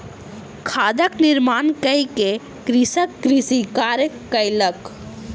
खादक निर्माण कय के कृषक कृषि कार्य कयलक